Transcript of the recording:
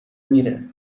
میره